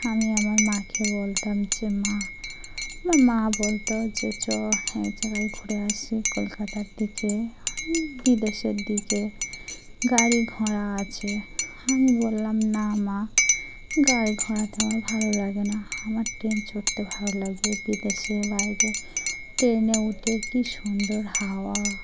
আমি আমার মাকে বলতাম যে মা আমার মা বলতো যে চো এক জায়গায় ঘুরে আসি কলকাতার দিকে বিদেশের দিকে গাড়ি ঘোড়া আছে আমি বললাম না মা গাড়ি ঘোড়াতে আমার ভালো লাগে না আমার ট্রেন চড়তে ভালো লাগে বিদেশের বাইরে ট্রেনে উঠে কী সুন্দর হাওয়া